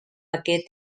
aquest